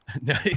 No